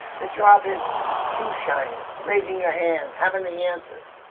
the job is you shining, raising your hand, having the answers.